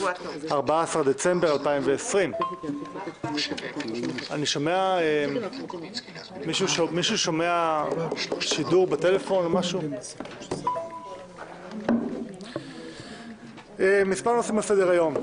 14 בדצמבר 2020. מספר נושאים על סדר-היום.